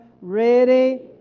ready